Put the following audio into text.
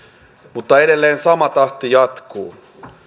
mutta edelleen sama tahti jatkuu